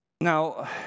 Now